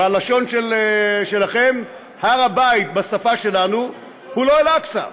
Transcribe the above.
בלשון שלכם, הר הבית, בשפה שלנו, הוא לא אל-אקצא.